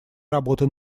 работы